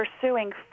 pursuing